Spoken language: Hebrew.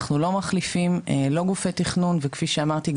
אנחנו לא מחליפים לא גופי תכנון וכפי שאמרתי,